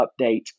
update